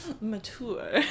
mature